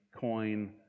coin